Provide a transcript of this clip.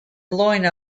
blowing